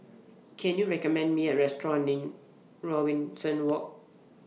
Can YOU recommend Me A Restaurant near Robinson Walk